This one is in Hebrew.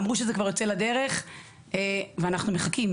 אמרו שזה כבר יוצא לדרך ואנחנו מחכים,